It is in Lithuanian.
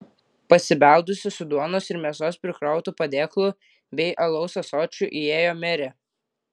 pasibeldusi su duonos ir mėsos prikrautu padėklu bei alaus ąsočiu įėjo merė